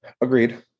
Agreed